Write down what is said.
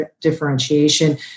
differentiation